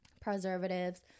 preservatives